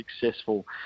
successful